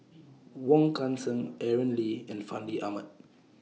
Wong Kan Seng Aaron Lee and Fandi Ahmad